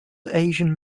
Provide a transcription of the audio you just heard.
asian